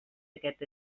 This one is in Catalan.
aquest